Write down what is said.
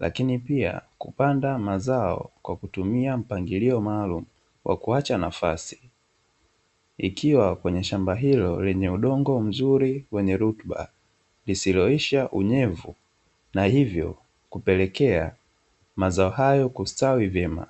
lakini pia kupanda mazao kwa kutumia mpangilio maalum wa kuacha nafasi. Ikiwa kwenye shamba lenye udongo mzuri wenye rutuba, lisiloisha unyevu na hivyo kupelekea mazao hayo kustawi vyema.